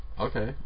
okay